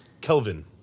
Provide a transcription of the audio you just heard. Kelvin